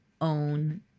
own